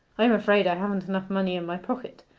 i am afraid i haven't enough money in my pocket,